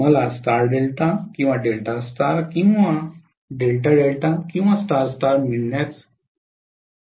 मला star delta किंवा delta star किंवा डेल्टा डेल्टा किंवा स्टार स्टार मिळण्यास सक्षम आहे